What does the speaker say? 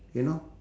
you know